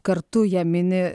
kartu ją mini